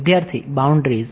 વિદ્યાર્થી બાઉન્ડ્રીઝ